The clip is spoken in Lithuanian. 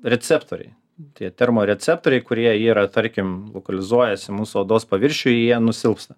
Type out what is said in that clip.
receptoriai tie termo receptoriai kurie yra tarkim lokalizuojasi mūsų odos paviršiuj jie nusilpsta